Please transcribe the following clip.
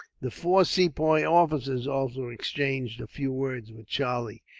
the four sepoy officers also exchanged a few words with charlie.